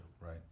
Right